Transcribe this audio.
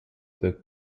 the